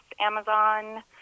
Amazon